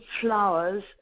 flowers